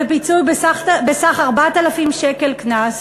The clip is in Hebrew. ופיצוי בסך 4,000 שקל קנס.